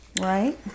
right